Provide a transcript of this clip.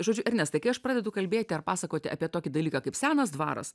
žodžiu ernestai kai aš pradedu kalbėti ar pasakoti apie tokį dalyką kaip senas dvaras